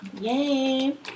yay